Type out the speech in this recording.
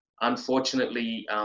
unfortunately